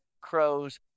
crows